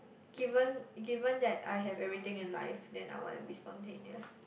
given given that I have everything in life then I want to be spontaneous